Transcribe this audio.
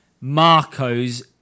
Marco's